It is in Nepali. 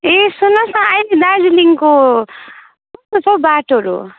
ए सुन्नुहोस् न अहिले दार्जिलिङको कस्तो छ हौबाटोहरू